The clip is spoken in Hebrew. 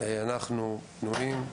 ואנחנו פנויים לשמוע,